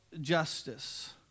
justice